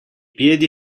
piedi